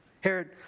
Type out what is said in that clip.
Herod